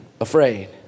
afraid